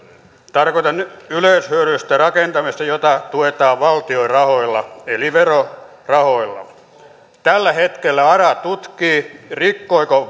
tarkoitan nyt yleishyödyllistä rakentamista jota tuetaan valtion rahoilla eli verorahoilla tällä hetkellä ara tutkii rikkoiko